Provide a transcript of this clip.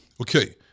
Okay